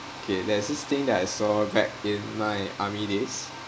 okay there's this thing that I saw back in my army days